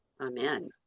amen